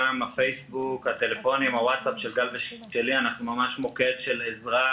אנחנו מהווים מוקד של עזרה,